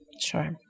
Sure